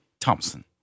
Thompson